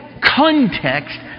context